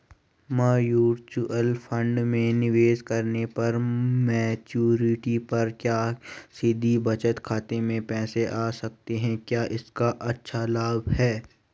Mutual fund में निवेश करने पर मैच्योरिटी पर क्या सीधे बचत खाते में पैसे आ सकते हैं क्या इसका अच्छा लाभ है?